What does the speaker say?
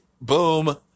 boom